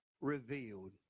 revealed